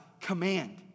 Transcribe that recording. command